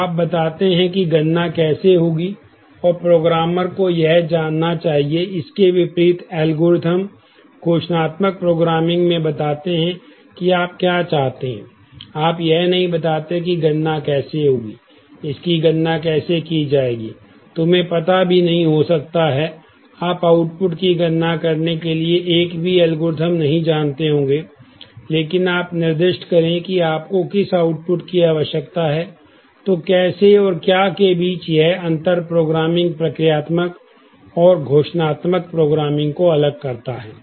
तो आप बताते हैं कि गणना कैसे होगी और प्रोग्रामर को यह जानना चाहिए इसके विपरीत एल्गोरिथ्म को अलग करता है